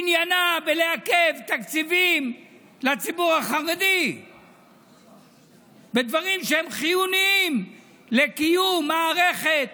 עניינה לעכב תקציבים לציבור החרדי בדברים חיוניים לקיום מערכת